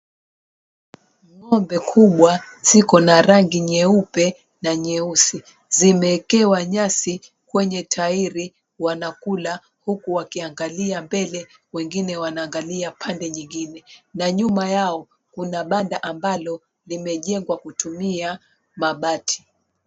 Ng'ombe kubwa ziko na rangi nyeupe na nyeusi. Zimeekewa nyasi kwenye tairi wanakula huku wakiangalia mbele wengine wanaangalia pande nyingine na nyuma yao kuna banda ambalo limejengwa kutumia mabati.